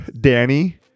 Danny